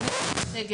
בין אם זה בגלל סגר,